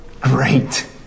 great